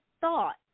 thought